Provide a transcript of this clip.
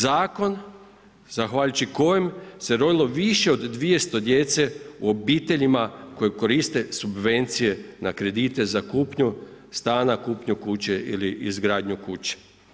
Zakon zahvaljujući kojem se rodilo više od 200 djece u obiteljima koji koriste subvencije na kredite za kupnju stana, kupnju kuće ili izgradnju kuće.